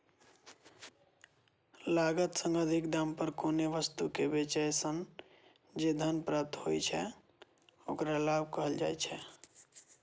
लागत सं अधिक दाम पर कोनो वस्तु कें बेचय सं जे धन प्राप्त होइ छै, ओकरा लाभ कहल जाइ छै